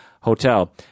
Hotel